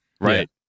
right